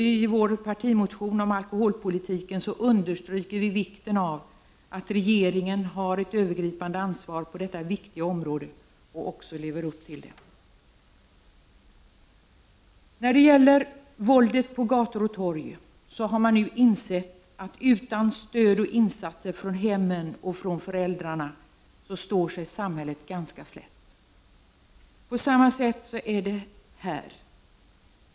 I vår partimotion om alkoholpolitiken understryker vi i centern vikten av att regeringen har ett övergripande ansvar på detta viktiga område och att regeringen också lever upp till detta ansvar. När det gäller våldet på gator och torg har man nu insett att samhället utan stöd från hemmen och föräldrarna står sig ganska slätt. På samma sätt är det här.